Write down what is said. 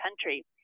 country